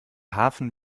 hafen